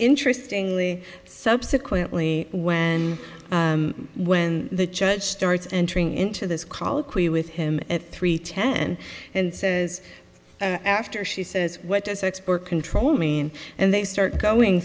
interesting lee subsequently when when the judge starts entering into this colloquy with him at three ten and says after she says what does export control mean and they start going